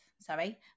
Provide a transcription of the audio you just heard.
sorry